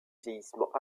vieillissement